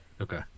Okay